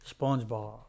SpongeBob